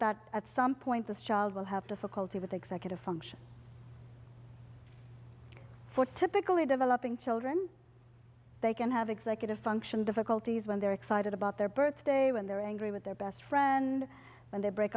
that at some point this child will have to for quality with executive function what typically developing children they can have executive function difficulties when they're excited about their birthday when they're angry with their best friend and they break